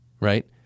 right